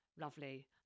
Lovely